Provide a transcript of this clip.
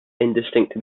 indistinct